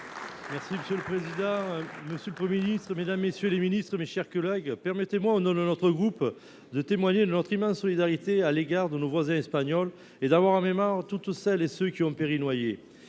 Monsieur le président, monsieur le Premier ministre, mesdames, messieurs les ministres, mes chers collègues, au nom de notre groupe, je tiens à exprimer notre immense solidarité à l’égard de nos voisins espagnols. Gardons en mémoire toutes celles et tous ceux qui ont péri noyés.